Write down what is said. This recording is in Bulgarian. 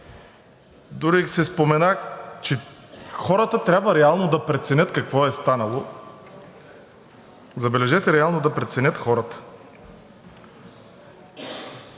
Дори се спомена, че хората трябва реално да преценят какво е станало. Забележете, реално да преценят хората!